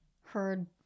heard